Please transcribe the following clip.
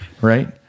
right